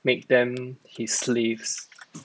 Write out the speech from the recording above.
make them his slaves